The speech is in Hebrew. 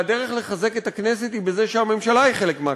והדרך לחזק את הכנסת היא בזה שהממשלה היא חלק מהכנסת,